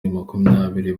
makumyabiri